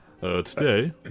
Today